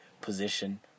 position